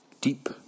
deep